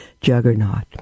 juggernaut